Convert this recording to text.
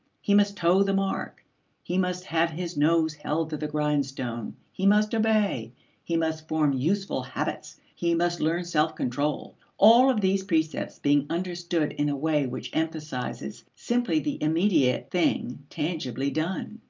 he must toe the mark he must have his nose held to the grindstone he must obey he must form useful habits he must learn self-control all of these precepts being understood in a way which emphasizes simply the immediate thing tangibly done,